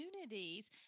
opportunities